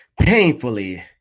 painfully